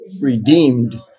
redeemed